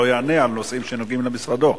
לא יענה על נושאים שנוגעים למשרדו.